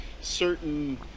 certain